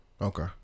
Okay